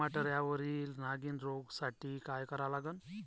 टमाट्यावरील नागीण रोगसाठी काय करा लागन?